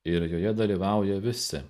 ir joje dalyvauja visi